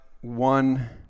one